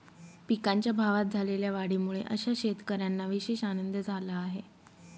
पिकांच्या भावात झालेल्या वाढीमुळे अशा शेतकऱ्यांना विशेष आनंद झाला आहे